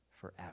forever